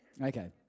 Okay